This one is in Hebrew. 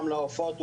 גם לעופות,